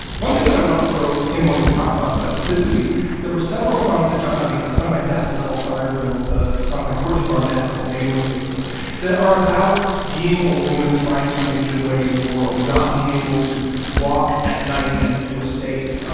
one thing that i wanted to throw in when we talk about specificity there were several songs that jump out at me a song by dessa called fire drills, ah a song by courtney barnett called nameless, faceless that are about being a woman trying to make your way in the world and not being able to walk at night and feel safe,